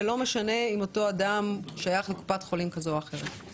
ולא משנה אם אותו אדם שייך לקופת חולים כזו או אחרת.